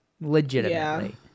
legitimately